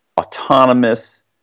autonomous